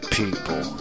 people